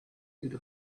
into